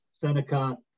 Seneca